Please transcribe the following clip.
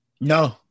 No